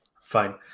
Fine